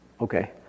Okay